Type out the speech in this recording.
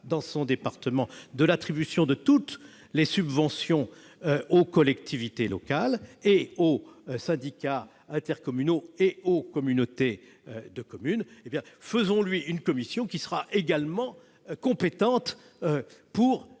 dans son département de l'attribution de toutes les subventions aux collectivités locales, syndicats intercommunaux et communautés de communes. Instituons donc une commission également compétente pour